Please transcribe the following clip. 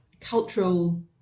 cultural